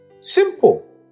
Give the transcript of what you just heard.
simple